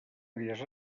belles